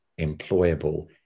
employable